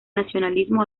nacionalismo